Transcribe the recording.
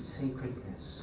sacredness